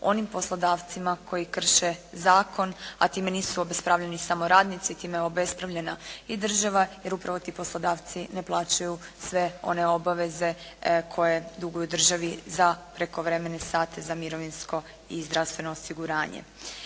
onim poslodavcima koji krše zakon, a time nisu obespravljeni samo radnici, time je obespravljena i država jer upravo ti poslodavci ne plaćaju sve one obaveze koje duguju državi za prekovremene sate za mirovinsko i zdravstveno osiguranje.